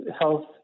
health